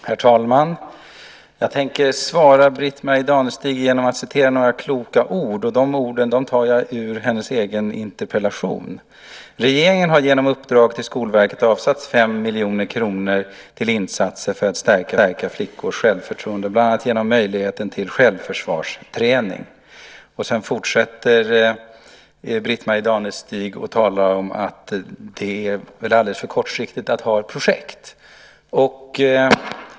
Herr talman! Jag tänker svara Britt-Marie Danestig genom att citera några kloka ord, och de orden tar jag ur hennes egen interpellation. Där står följande: "Regeringen har därför genom ett uppdrag till Skolverket avsatt 5 miljoner kronor till insatser för att stärka flickors självförtroende bland annat genom möjligheter till självförsvarsträning." Sedan fortsätter Britt-Marie Danestig att tala om att det är alldeles för kortsiktigt att ha ett projekt.